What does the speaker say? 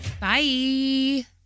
Bye